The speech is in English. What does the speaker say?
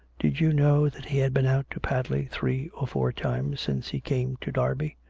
did you know that he had been out to padley three or four times since he came to derby.